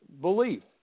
belief